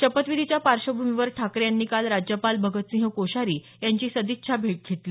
शपथविधिच्या पार्श्वभूमीवर ठाकरे यांनी काल राज्यपाल भगतसिंह कोश्यारी यांची सदिच्छा भेट घेतली